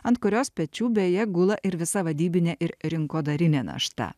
ant kurios pečių beje gula ir visa vadybinė ir rinkodarinė našta